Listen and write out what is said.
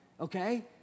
okay